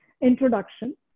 introduction